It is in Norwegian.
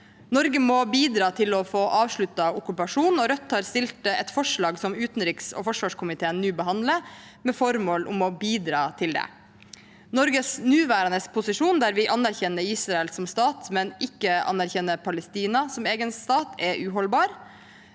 Norge må bidra til å få avsluttet okkupasjonen, og Rødt har fremmet et forslag, som utenriks- og forsvarskomiteen nå behandler, med formål om å bidra til det. Norges nåværende posisjon, der vi anerkjenner Israel som stat, men ikke anerkjenner Palestina som egen stat, er uholdbar.